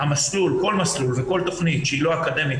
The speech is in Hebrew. כל מסלול וכל תכנית שהיא לא אקדמית,